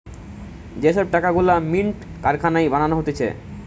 যে সব টাকা গুলা মিন্ট কারখানায় বানানো হতিছে